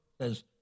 says